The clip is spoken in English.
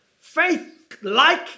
faith-like